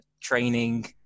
training